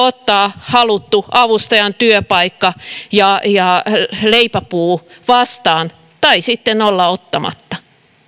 ottaa haluttu avustajan työpaikka ja ja leipäpuu vastaan tai sitten olla ottamatta